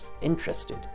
interested